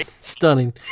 stunning